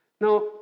Now